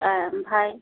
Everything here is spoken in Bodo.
ए ओमफ्राय